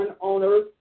owners